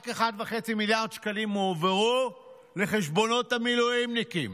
רק 1.5 מיליארד שקלים הועברו לחשבונות המילואימניקים.